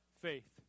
faith